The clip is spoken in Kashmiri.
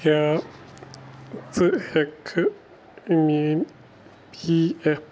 کیٛاہ ژٕ ہیٚکہٕ کھہٕ ٲں میٛٲنۍ پی ایٚف